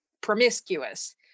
promiscuous